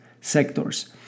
sectors